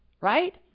right